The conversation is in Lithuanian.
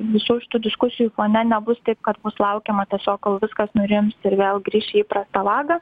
visų šitų diskusijų fone nebus taip kad bus laukiama tiesiog kol viskas nurims ir vėl grįš į įprastą vagą